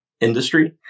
industry